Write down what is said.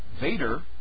Vader